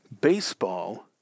Baseball